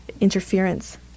interference